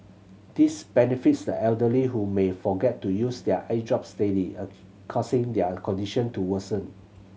this benefits the elderly who may forget to use their eye drops daily a causing their condition to worsen